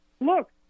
look